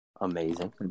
Amazing